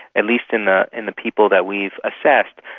at least in ah in the people that we've assessed,